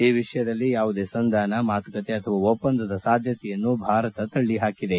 ಈ ವಿಷಯದಲ್ಲಿ ಯಾವುದೇ ಸಂಧಾನ ಮಾತುಕತೆ ಅಥವಾ ಒಪ್ಪಂದದ ಸಾಧ್ನತೆಯನ್ನು ಭಾರತ ತಳ್ಲಹಾಕಿದೆ